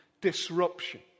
disruption